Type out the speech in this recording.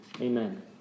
Amen